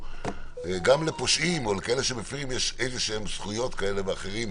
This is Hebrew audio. גם לפושעים וגם לאלה שמפרים יש איזה זכויות כאלה ואחרות.